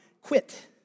quit